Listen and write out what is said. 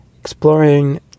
exploring